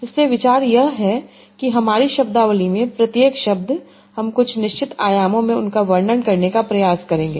इसलिए विचार यह है कि हमारी शब्दावली में प्रत्येक शब्द हम कुछ निश्चित आयामों में उनका वर्णन करने का प्रयास करेंगे